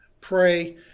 pray